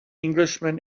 englishman